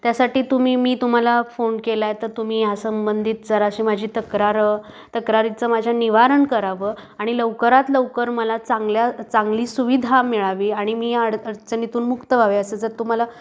त्यासाठी तुम्ही मी तुम्हाला फोन केलाय तर तुम्ही ह्या संबंधित जर अशी माझी तक्रारं तक्रारीचं माझ्या निवारण करावं आणि लवकरात लवकर मला चांगल्या चांगली सुविधा मिळावी आणि मी अड अडचणीतून मुक्त व्हावे असं जर तुम्हाला